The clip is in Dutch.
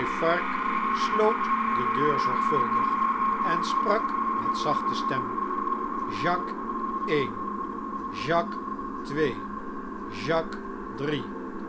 sloot de deur zorgvuldig en sprak met zachte stem jacques een jacques twee jacques drie